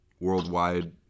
worldwide